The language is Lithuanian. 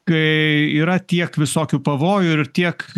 kai yra tiek visokių pavojų ir tiek